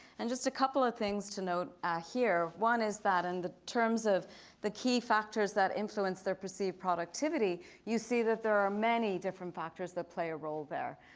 and just a couple of things to note here, one is that in and the terms of the key factors that influence their perceived productivity, you see that there are many different factors that play a role there.